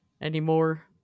anymore